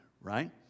right